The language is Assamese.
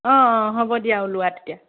অঁ অঁ হ'ব দিয়া ওলোৱা তেতিয়া